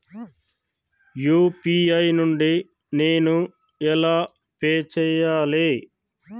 UPI నుండి నేను ఎలా పే చెయ్యాలి?